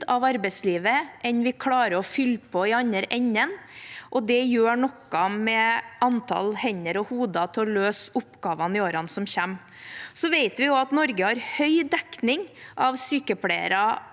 av arbeidslivet enn vi klarer å fylle på i andre enden, og det gjør noe med antall hender og hoder til å løse oppgavene i årene som kommer. Vi vet at Norge har høy dekning av sykepleiere